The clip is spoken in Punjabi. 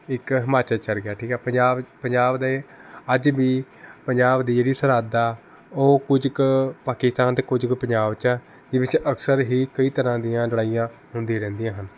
ਇੱਕ ਹਿਮਾਚਲ ਚਲ ਗਿਆ ਠੀਕ ਆ ਪੰਜਾਬ ਪੰਜਾਬ ਦੇ ਅੱਜ ਵੀ ਪੰਜਾਬ ਦੀ ਜਿਹੜੀ ਸਰਹੱਦ ਆ ਉਹ ਕੁਝ ਕੁ ਪਾਕਿਸਤਾਨ ਅਤੇ ਕੁਝ ਕੁ ਪੰਜਾਬ 'ਚ ਆ ਜਿਸ ਪਿੱਛੇ ਅਕਸਰ ਹੀ ਕਈ ਤਰ੍ਹਾਂ ਦੀਆਂ ਲੜਾਈਆਂ ਹੁੰਦੀਆਂ ਰਹਿੰਦੀਆਂ ਹਨ